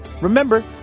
Remember